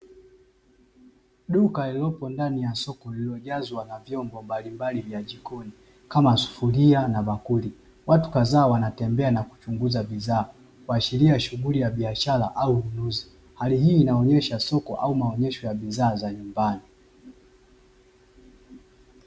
Duka lililopo ndani ya soko, lililojazwa na vyombo mbalimbali vya jikoni kama sufuria na bakuli, watu kadhaa wanatembea na kuchunguza bidhaa, kuashiria shughuli ya biashara au ununuzi, hali hii inaonyesha soko au maonesho ya bidhaa za nyumbani.